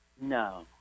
No